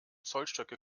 zollstöcke